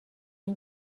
این